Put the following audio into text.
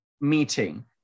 meeting